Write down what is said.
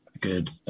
good